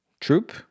troop